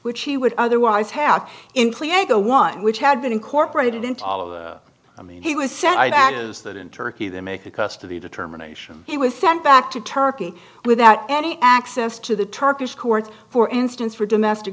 which he would otherwise have included a go one which had been incorporated into all of the i mean he was said i'd add is that in turkey they make a custody determination he was sent back to turkey without any access to the turkish courts for instance for domestic